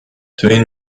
تواین